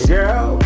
Girl